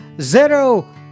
zero